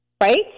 right